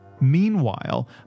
Meanwhile